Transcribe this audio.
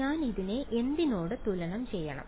ഞാൻ ഇതിനെ എന്തിനോട് തുലനം ചെയ്യണം